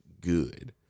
Good